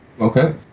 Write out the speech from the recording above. Okay